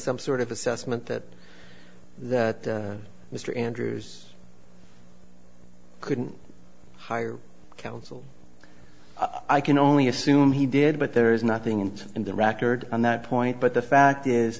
some sort of assessment that mr andrews couldn't hire counsel i can only assume he did but there is nothing in it in the record on that point but the fact is